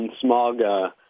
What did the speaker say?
smog